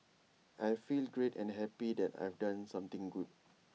I feel great and happy that I've done something good